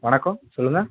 வணக்கம் சொல்லுங்கள்